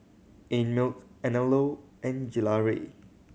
Einmilk Anello and Gelare